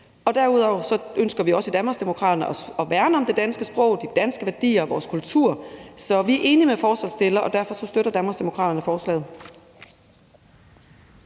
Derudover ønsker vi også i Danmarksdemokraterne at værne om det danske sprog, de danske værdier og vores kultur, så vi er enige med forslagsstillerne, og derfor støtter Danmarksdemokraterne forslaget.